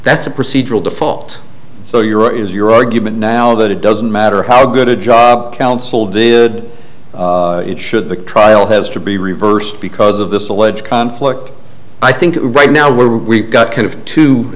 that's a procedural default so your is your argument now that it doesn't matter how good a job council did it should the trial has to be reversed because of this alleged conflict i think right now we've got kind of two